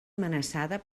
amenaçada